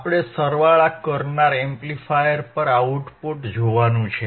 આપણે સરવાળા કરનાર એમ્પ્લીફાયર પર આઉટપુટ જોવાનું છે